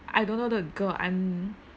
I don't know the girl I'm